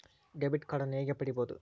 Debit ಕಾರ್ಡನ್ನು ಹೇಗೆ ಪಡಿಬೋದು?